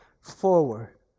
forward